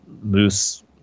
Moose